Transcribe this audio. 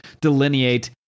delineate